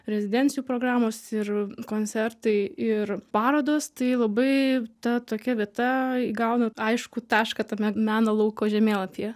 rezidencijų programos ir koncertai ir parodos tai labai ta tokia vieta įgauna aiškų tašką tame meno lauko žemėlapyje